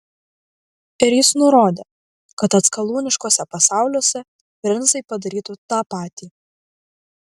ir jis nurodė kad atskalūniškuose pasauliuose princai padarytų tą patį